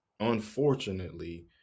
unfortunately